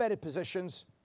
positions